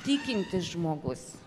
tikintis žmogus